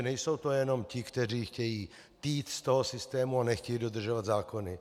Nejsou to jenom ti, kteří chtějí týt z toho systému a nechtějí dodržovat zákony.